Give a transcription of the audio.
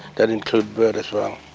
that includes birds as well.